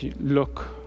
look